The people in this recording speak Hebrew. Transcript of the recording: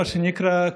מה שנקרא,